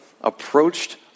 approached